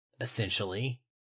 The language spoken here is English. essentially